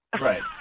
Right